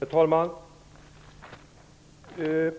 Herr talman! I